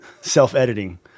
Self-editing